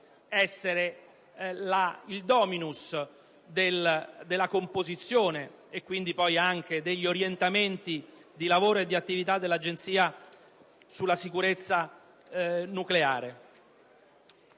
essere il *dominus* della competizione e quindi anche degli orientamenti di lavoro e di attività dell'Agenzia sulla sicurezza nucleare.